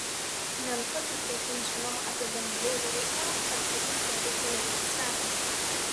nenutuokiu kiek jums žinoma apie gan bjaurų reikalą per kurį sėdau keleriems metams